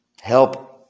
Help